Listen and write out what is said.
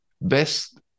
best